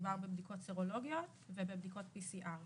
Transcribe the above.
מדובר בבדיקות סרולוגיות ובבדיקות PCR,